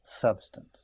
substance